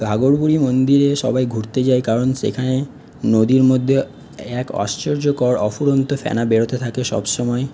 ঘাঘর বুড়ি মন্দিরে সবাই ঘুরতে যায় কারণ সেখানে নদীর মধ্যে এক আশ্চর্যকর অফুরন্ত ফ্যানা বেরোতে থাকে সবসময়